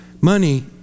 Money